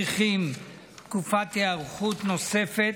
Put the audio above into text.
המצריכים תקופת היערכות נוספת,